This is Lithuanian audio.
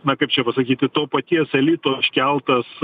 na kaip čia pasakyti to paties elito iškeltas